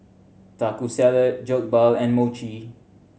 Taco Salad Jokbal and Mochi